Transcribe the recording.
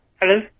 Hello